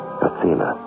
Athena